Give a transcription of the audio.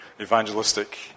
evangelistic